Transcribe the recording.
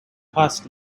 passed